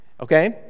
okay